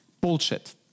Bullshit